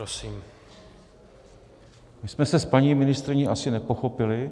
My jsme se s paní ministryní asi nepochopili.